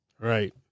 Right